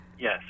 Yes